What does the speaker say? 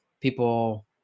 people